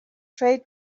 trade